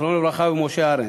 זיכרונו לברכה, ומשה ארנס.